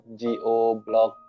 goblog